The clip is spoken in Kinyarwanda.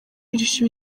irusha